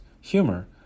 humor